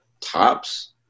tops